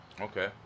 Okay